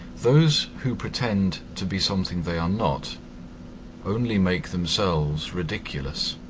those who pretend to be something they are not only make themselves ridiculous.